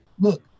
Look